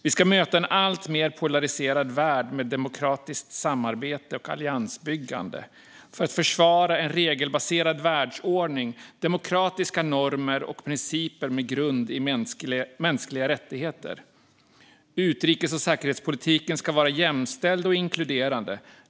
Vi ska möta en alltmer polariserad värld med demokratiskt samarbete och alliansbyggande för att försvara en regelbaserad världsordning, demokratiska normer och principer med grund i mänskliga rättigheter. Utrikes och säkerhetspolitiken ska vara jämställd och inkluderande.